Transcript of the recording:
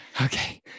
okay